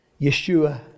Yeshua